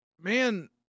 man